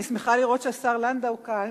אני שמחה לראות שהשר לנדאו כאן,